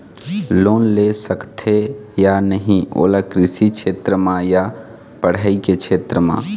Loan ले सकथे या नहीं ओला कृषि क्षेत्र मा या पढ़ई के क्षेत्र मा?